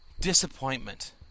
disappointment